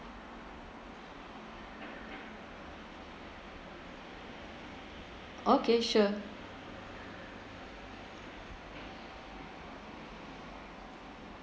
okay sure